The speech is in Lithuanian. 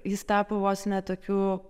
jis tapo vos ne tokiu